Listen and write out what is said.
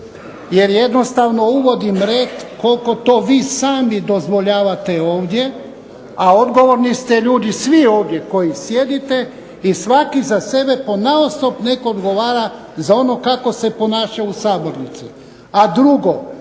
jer jednostavno uvodim red koliko to vi sami dozvoljavate ovdje, a odgovorni ste ljudi svi ovdje koji sjedite i svaki za sebe ponaosob nek odgovara za ono kako se ponaša u sabornici.